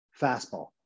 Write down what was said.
fastball